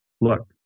Look